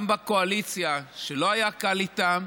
גם בקואליציה, שלא היה קל איתן.